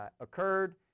occurred